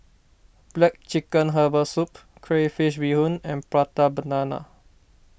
Black Chicken Herbal Soup Crayfish BeeHoon and Prata Banana